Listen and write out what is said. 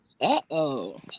Uh-oh